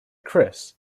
chris